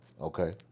okay